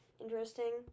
interesting